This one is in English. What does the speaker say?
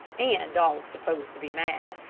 and dogs supposed to be mad,